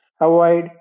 avoid